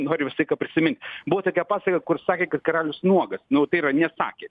noriu visą laiką prisimint buvo tokia pasaka kur sakė kad karalius nuogas nu tai yra nesakė